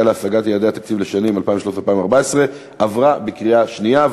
להשגת יעדי התקציב לשנים 2013 ו-2014) (תיקון) עברה בקריאה שנייה.